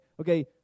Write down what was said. okay